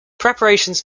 preparations